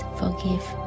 forgive